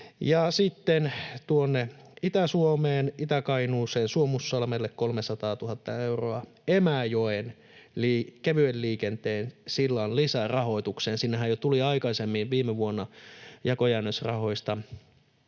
tuonne Itä-Suomeen Itä-Kainuuseen Suomussalmelle 300 000 euroa Emäjoen kevyen liikenteen sillan lisärahoitukseen. Sinnehän jo tuli aikaisemmin, viime vuonna, jakojäännösrahoista